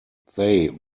they